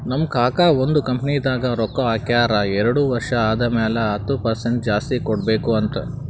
ನಮ್ ಕಾಕಾ ಒಂದ್ ಕಂಪನಿದಾಗ್ ರೊಕ್ಕಾ ಹಾಕ್ಯಾರ್ ಎರಡು ವರ್ಷ ಆದಮ್ಯಾಲ ಹತ್ತ್ ಪರ್ಸೆಂಟ್ ಜಾಸ್ತಿ ಕೊಡ್ಬೇಕ್ ಅಂತ್